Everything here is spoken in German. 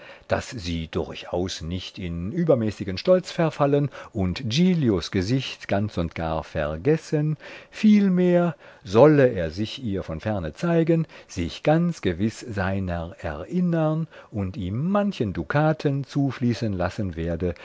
daß sie durchaus nicht in übermäßigen stolz verfallen und giglios gesicht ganz und gar vergessen vielmehr solle er sich ihr von ferne zeigen sich ganz gewiß seiner erinnern und ihm manchen dukaten zufließen lassen werde